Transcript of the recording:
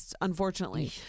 Unfortunately